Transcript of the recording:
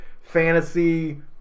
fantasy